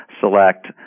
select